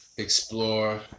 Explore